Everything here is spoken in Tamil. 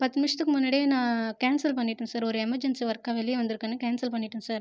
பத்து நிமிஷத்துக்கு முன்னாடி நான் கேன்சல் பண்ணிவிட்டேன் சார் ஒரு எமர்ஜென்சி ஒர்க்காக வெளியே வந்திருக்கேன்னு கேன்சல் பண்ணிவிட்டேன் சார்